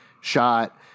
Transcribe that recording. shot